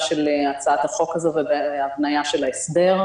של הצעת החוק הזו ובהבניה של ההסדר.